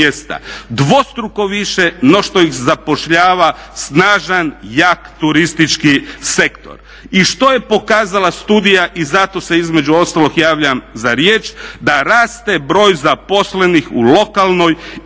dvostruko više no što ih zapošljava snažan jak turistički sektor. I što je pokazala studija i zato se između ostalog javljam za riječ da raste broj zaposlenih u lokalnoj